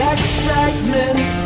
excitement